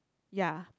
ya